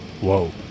Whoa